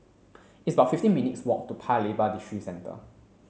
it's about fifteen minutes' walk to Paya Lebar Districentre